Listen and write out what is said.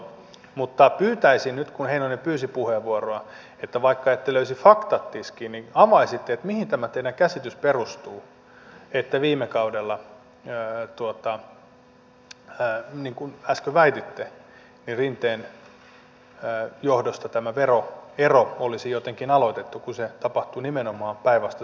mutta pyytäisin nyt kun heinonen pyysi puheenvuoroa että vaikka ette löisi faktoja tiskiin niin avaisitte sitä mihin tämä teidän käsityksenne perustuu että viime kaudella niin kuin äsken väititte rinteen johdosta tämä veroero olisi jotenkin aloitettu kun se tapahtui nimenomaan päinvastaiseen suuntaan